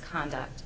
conduct